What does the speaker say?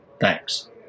thanks